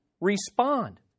respond